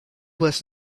was